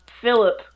Philip